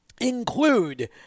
include